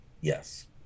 Yes